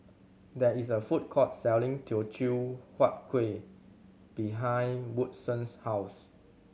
there is a food court selling Teochew Huat Kueh behind Woodson's house